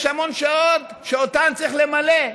יש המון שעות שאותן צריך למלא.